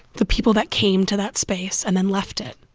the people that came to that space and then left it,